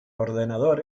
ordenador